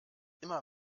immer